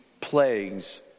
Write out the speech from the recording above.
plagues